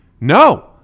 no